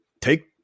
take